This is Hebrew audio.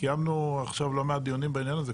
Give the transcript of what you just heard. הקמנו עכשיו לא מעט דיונים בעניין הזה,